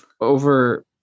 over